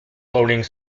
rolling